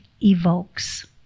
evokes